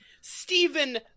Stephen